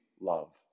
love